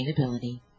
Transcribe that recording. sustainability